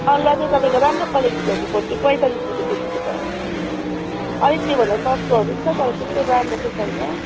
अलुवा चाहिँ तपाईँको राम्रो क्वालिटीको हो भने फोर्टी पैँतालिस रुपियाँ केजीको छ अलिक त्योभन्दा सस्तोहरू पनि छ तर त्यस्तो राम्रो चाहिँ छैन